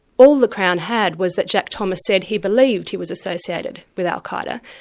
all the crown had was that jack thomas said he believed he was associated with al-qa'eda,